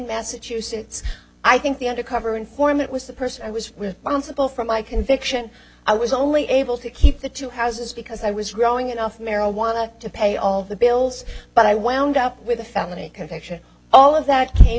massachusetts i think the undercover informant was the person i was with constable for my conviction i was only able to keep the two houses because i was growing enough marijuana to pay all the bills but i wound up with a felony conviction all of that came